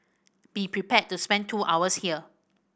be prepared to spend two hours here